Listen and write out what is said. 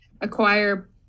acquire